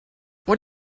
what